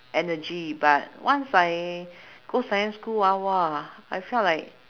energy but once I go secondary school ah !wah! I felt like